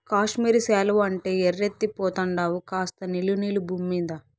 కాశ్మీరు శాలువా అంటే ఎర్రెత్తి పోతండావు కాస్త నిలు నిలు బూమ్మీద